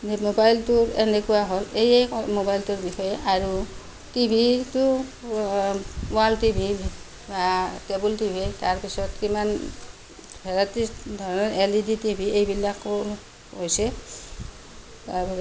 মোবাইলটোৰ এনেকুৱা হ'ল এয়ে ক'ম মোবাইলটোৰ বিষয়ে আৰু টিভিটো ৱাল টিভি কেবুল টিভি তাৰপিছত কিমান ভেৰাইটিছ ধৰণৰ এল ই ডি টিভি বিলাকো হৈছে